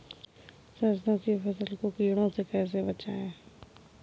सरसों की फसल को कीड़ों से कैसे बचाएँ?